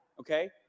Okay